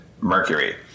mercury